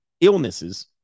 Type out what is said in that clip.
illnesses